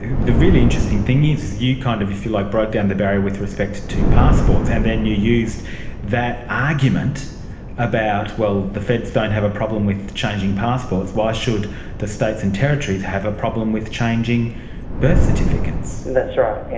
the really interesting thing is you kind of you like broke down the barrier with respect to passports and then you used that argument about, well, the feds don't have a problem with changing passports, why should the states and territories have a problem with changing birth certificates. that's right, yes.